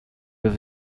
with